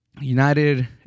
United